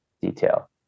detail